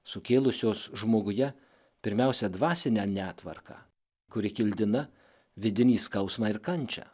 sukėlusios žmoguje pirmiausia dvasinę netvarką kuri kildina vidinį skausmą ir kančią